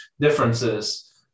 differences